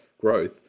growth